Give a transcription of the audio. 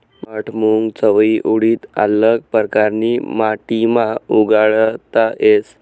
मठ, मूंग, चवयी, उडीद आल्लग परकारनी माटीमा उगाडता येस